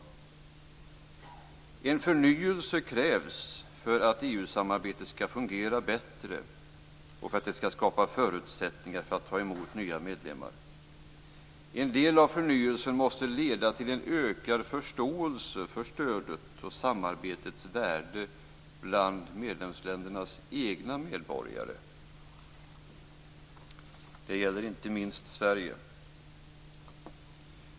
En förnyelse krävs för att EU-samarbetet skall fungera bättre och för att skapa förutsättningar för att ta emot nya medlemmar. En del av förnyelsen måste leda till en ökad förståelse för stödets och samarbetets värde bland medlemsländernas egna medborgare. Det gäller inte minst för Sverige.